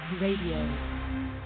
Radio